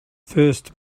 first